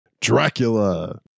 Dracula